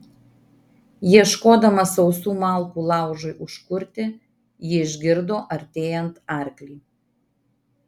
ieškodama sausų malkų laužui užkurti ji išgirdo artėjant arklį